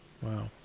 Wow